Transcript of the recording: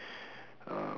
uh